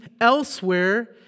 elsewhere